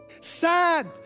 Sad